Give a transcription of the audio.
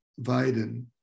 Weiden